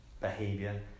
behavior